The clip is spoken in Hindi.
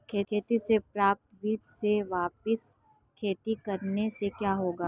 खेती से प्राप्त बीज से वापिस खेती करने से क्या होगा?